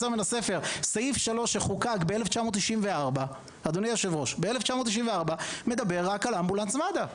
סעיף 3 שחוקק ב-1994 מדבר רק על אמבולנס מד"א.